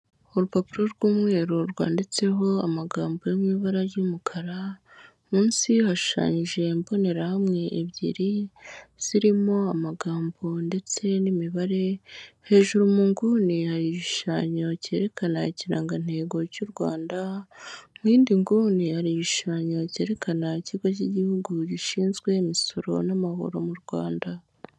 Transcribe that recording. Urupapuro rw'umweru rwanditseho amagambo yo mu ibara ry'umukara, munsi hashushanyije imbonerahamwe ebyiri, zirimo amagambo ndetse n'imibare, hejuru munguni igishushanyo cyerekana ikirangantego cy'u Rwanda muyindi nguni hari ibishushanyo byerekana ikigo cy'igihugu gishinzwe imisoro n'amahoro mu Rwanda.